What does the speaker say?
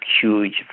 huge